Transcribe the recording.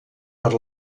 per